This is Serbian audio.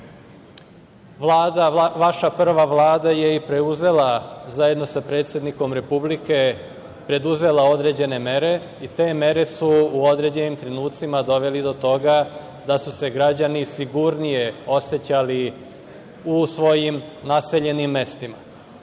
vaša prva Vlada je i prdeuzela, zajedno sa predsednikom Republike, određene mere i te mere su u određenim trenucima doveli do toga da su se građani sigurnije osećali u svojim naseljenim mestima. Ja